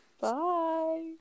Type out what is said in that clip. Bye